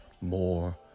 more